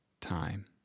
time